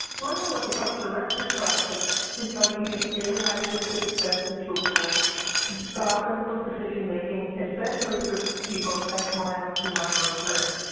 one way to help direct this process is by using a standardized risk assessment tool to guide clinical decision-making, especially for people at mild to moderate risk.